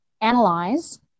analyze